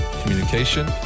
communication